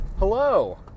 Hello